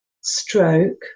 stroke